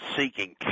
seeking